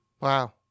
Wow